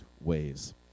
ways